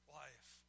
life